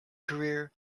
career